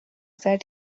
that